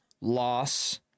loss